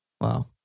Wow